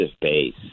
base